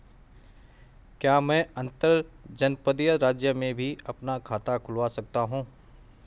क्या मैं अंतर्जनपदीय राज्य में भी अपना खाता खुलवा सकता हूँ?